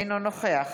אינו נוכח